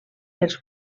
els